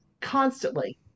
constantly